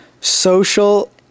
social